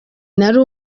nari